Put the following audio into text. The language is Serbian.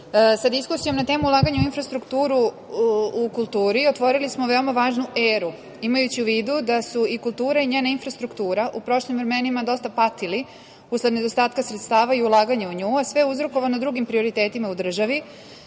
sa diskusijom na temu ulaganja u infrastrukturu u kulturi otvorili smo veoma važnu eru, imajući u vidu da su i kultura i njena infrastruktura u prošlim vremenima dosta patili usled nedostatka sredstava i ulaganja u nju, a sve je uzrokovano drugim prioritetima u državi